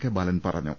K Balan പറഞ്ഞു